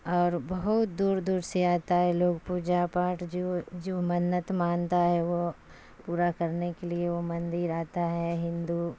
اور بہت دور دور سے آتا ہے لوگ پوجا پاٹھ جو جو منت مانتا ہے وہ پورا کرنے کے لیے وہ مندر آتا ہے ہندو